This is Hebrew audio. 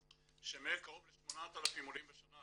שמהם, קרוב ל-8,000 עולים בשנה,